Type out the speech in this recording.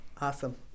Awesome